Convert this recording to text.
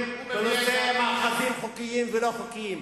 בנושא מאחזים חוקיים ולא חוקיים.